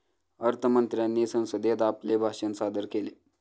अर्थ मंत्र्यांनी संसदेत आपले भाषण सादर केले